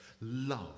Love